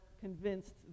convinced